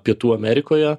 pietų amerikoje